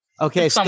Okay